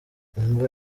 imva